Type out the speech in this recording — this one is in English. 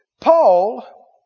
Paul